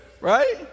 right